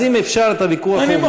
אז אם אפשר את הוויכוח העובדתי הזה,